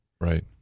Right